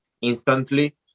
instantly